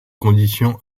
condition